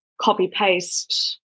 copy-paste